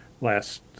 last